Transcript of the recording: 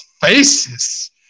faces